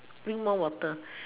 drink more water